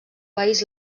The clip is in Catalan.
país